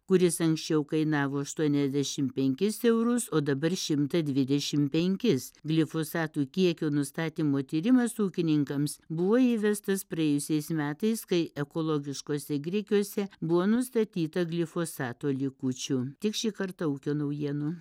kuris anksčiau kainavo aštuoniasdešim penkis eurus o dabar šimtą dvidešim penkis glifosatų kiekio nustatymo tyrimas ūkininkams buvo įvestas praėjusiais metais kai ekologiškuose grikiuose buvo nustatyta glifosato likučių tiek šį kartą ūkio naujienų